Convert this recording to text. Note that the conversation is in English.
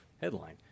headline